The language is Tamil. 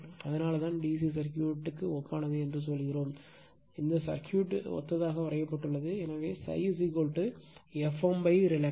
அதனால்தான் DC சர்க்யூட் ஒப்பானது என்று சொல்கிறோம் இந்த சர்க்யூட் ஒத்ததாக வரையப்பட்டுள்ளது எனவே ∅ எஃப்எம் ரிலக்டன்ஸ்